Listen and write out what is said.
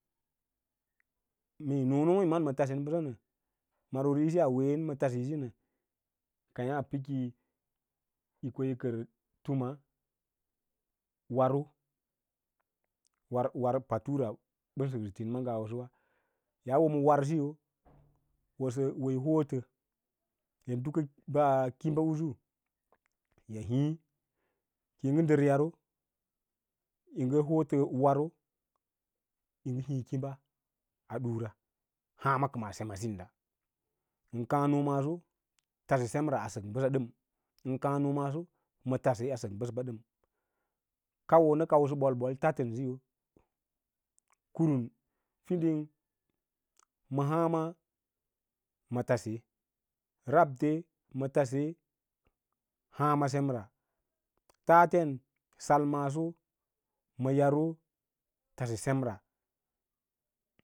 Mee yí noo nooma’íma ma taseu bəsanə marori’isi a ween ma tas ‘isi nə keẽyâ pə kiyi ko yi kər tina waro, war patura ɓəm səksə tinima ngawasowa yaa wo ma warsiyo yi wa yi holə yi ɗina kimbaꞌsus ya tiĩ ki yi ɗər yaro yi ngə hotə warro yi ngə hiĩ kimba a ɗura haã kəma semas binda ən kaã noo kauwo nə kausə ɓol-ɓol-ɓol tatəm siyo kurun fiding ma hǎǎma ma tase rabte ma tase hǎǎma semta taten salmaaso ma yaro tase semta.